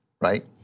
right